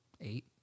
eight